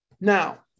Now